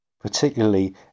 Particularly